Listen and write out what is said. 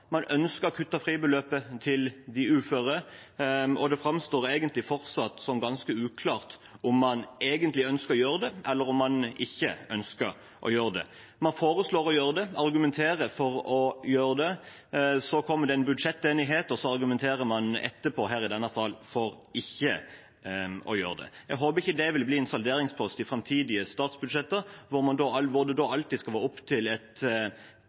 Man ønsket å kutte fribeløpet til de uføre, og det framstår fortsatt som ganske uklart om man egentlig ønsker å gjøre det, eller om man ikke ønsker å gjøre det. Man foreslo og argumenterte for å gjøre det. Så kom det en budsjettenighet, og så argumenterte man etterpå i denne salen for ikke å gjøre det. Jeg håper ikke dette vil bli en salderingspost i framtidige statsbudsjetter, hvor det alltid skal være opp til et